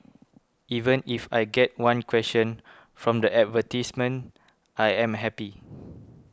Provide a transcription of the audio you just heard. even if I get one question from the advertisements I am happy